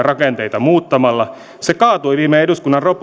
rakenteita muuttamalla se kaatui viime eduskunnan